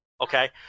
Okay